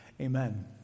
amen